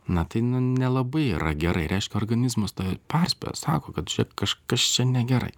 na tai nu nelabai yra gerai reiškia organizmas pats pasako kad kažkas čia negerai